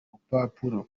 rupapuro